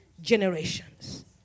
generations